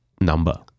number